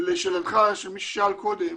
ולשאלתך ושאלת מי ששאל קודם,